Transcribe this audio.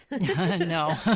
no